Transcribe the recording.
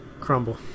crumble